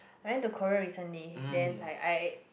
went to Korea recently then like I